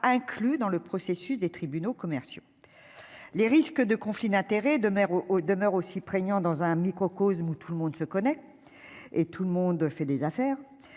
inclus dans le processus des tribunaux commerciaux, les risques de conflits d'intérêts de mer o demeure aussi prégnant dans un microcosme où tout le monde se connaît et tout le monde fait des affaires,